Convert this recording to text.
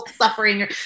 suffering